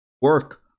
work